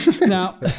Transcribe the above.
Now